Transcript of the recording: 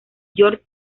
george